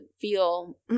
feel